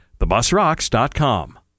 thebusrocks.com